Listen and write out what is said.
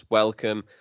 welcome